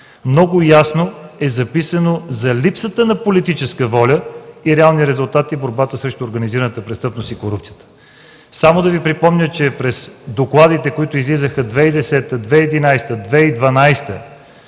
много ясно е записано за липсата на политическа воля и реални резултати в борбата срещу организираната престъпност и корупцията. Само да Ви припомня, че в докладите, които излизаха през 2010-а, 2011-а, 2012 г.,